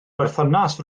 berthynas